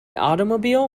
automobile